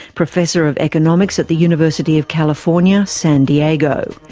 professor of economics at the university of california, san diego.